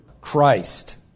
Christ